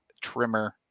trimmer